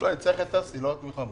אני צריך את אסי, לא את מוחמד.